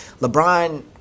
LeBron